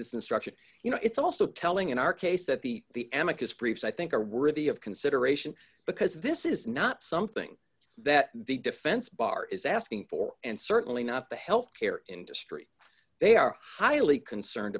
this instruction you know it's also telling in our case that the the end of his briefs i think are worthy of consideration because this is not something that the defense bar is asking for and certainly not the health care industry they are highly concerned